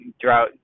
throughout